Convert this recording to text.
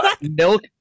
milk